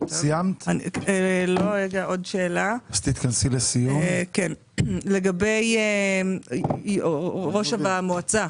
עוד שאלה לגבי ראש המועצה.